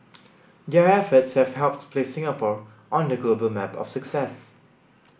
their efforts have helped to place Singapore on the global map of success